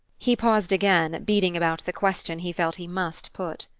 he paused again, beating about the question he felt he must put.